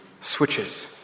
switches